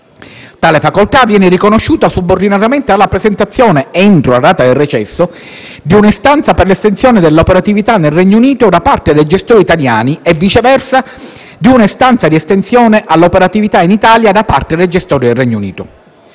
Tale facoltà viene riconosciuta subordinatamente alla presentazione, entro la data del recesso, di un'istanza per l'estensione dell'operatività nel Regno Unito da parte dei gestori italiani e, viceversa, di una in Italia da parte dei gestori del Regno Unito.